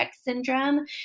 syndrome